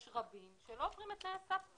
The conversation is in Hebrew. יש רבים שלא עוברים את תנאי הסף,